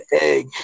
egg